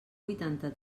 vuitanta